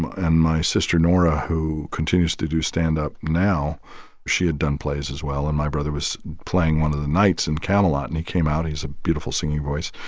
and my sister, nora, who continues to do stand-up now she had done plays as well. and my brother was playing one of the knights in camelot, and he came out he has a beautiful singing voice.